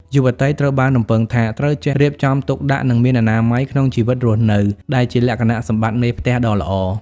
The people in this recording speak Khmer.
យុវតីត្រូវបានរំពឹងថា ត្រូវចេះ "រៀបចំទុកដាក់ និងមានអនាម័យ" ក្នុងជីវិតរស់នៅ ដែលជាលក្ខណៈសម្បត្តិមេផ្ទះដ៏ល្អ។